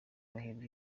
muhirwa